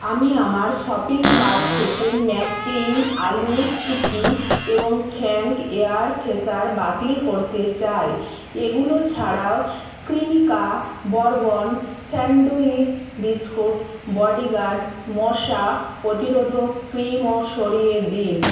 আমি আমার shopping cart থেকে ম্যাকেইন আলু টিক্কি এবং ফ্যাঙ্ক এয়ার ফ্রেশনার বাতিল করতে চাই এগুলো ছাড়াও Cremica bourbon sandwich biscuit bodyguard মশা প্রতিরোধক ক্রিমও সরিয়ে দিন